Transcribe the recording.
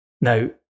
Now